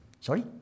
Sorry